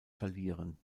verlieren